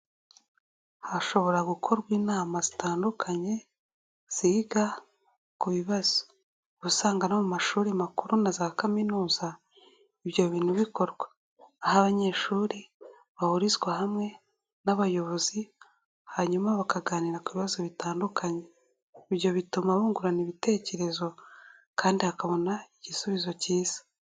Hashobora gukorwa inama zitandukanye ziga ku bibazo, usanga no mu mashuri makuru na za Kaminuza ibyo bintu bikorwa, aho abanyeshuri bahurizwa hamwe n'abayobozi, hanyuma bakaganira ku bibazo bitandukanye, ibyo bituma bungurana ibitekerezo kandi bakabona igisubizo cyiza.